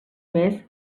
més